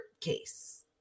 case